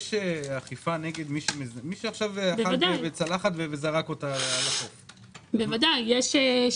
אני מנצל את העובדה שהמשרד נמצא פה - לפני שבועיים